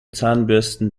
zahnbürsten